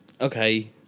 okay